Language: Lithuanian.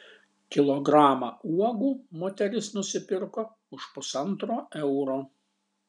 kilogramą uogų moteris nusipirko už pusantro euro